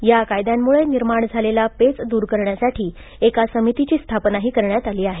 या कायद्यांमुळे निर्माण झालेला पेच दूर करण्यासाठी एका समितीची स्थापनाही करण्यात आली आहे